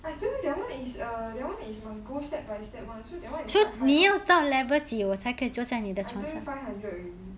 I told you that [one] is err that [one] is must go step by step [one] so that [one] is quite high up I told you five hundred already